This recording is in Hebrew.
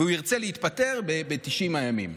והוא ירצה להתפטר ב-90 הימים,